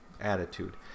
attitude